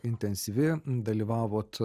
intensyvi dalyvavot